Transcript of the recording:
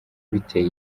biteye